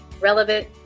relevant